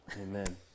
Amen